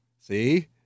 see